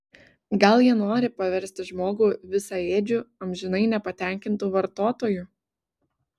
gal jie nori paversti žmogų visaėdžiu amžinai nepatenkintu vartotoju